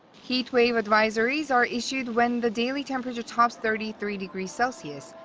heat wave advisories are issued when the daily temperature tops thirty three degrees celsius,